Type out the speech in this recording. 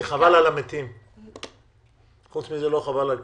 חבל על המתים, חוץ מזה לא חבל על כלום.